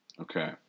Okay